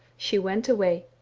she went away.